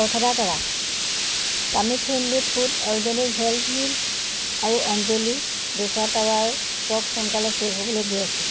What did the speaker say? খৰখেদা কৰা tummy friendly food organic health mix আৰু অঞ্জলি ডোছা টাৱা ষ্টক সোনকালে শেষ হ'বলৈ গৈ আছে